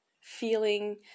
feeling